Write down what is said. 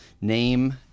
name